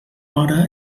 hora